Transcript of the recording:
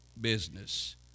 business